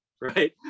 right